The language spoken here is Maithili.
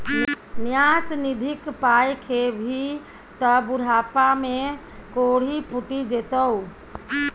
न्यास निधिक पाय खेभी त बुढ़ापामे कोढ़ि फुटि जेतौ